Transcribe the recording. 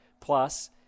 Plus